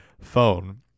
phone